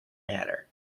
matter